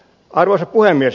arvoisa puhemies